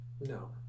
no